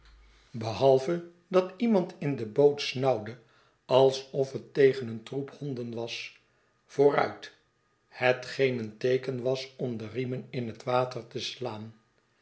behalve dat iemand in de boot snauwde alsof het tegen een troep honden was vooruit hetgeen een teeken was om de riemen in het water te slaan